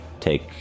take